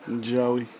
Joey